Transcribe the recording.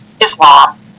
Islam